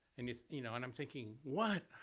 and you you know, and i'm thinking what,